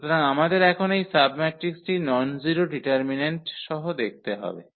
সুতরাং আমাদের এখন এই সাবম্যাট্রিক্সটি ননজিরো ডিটারমিন্যান্ট সহ দেখতে হবে